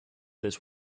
this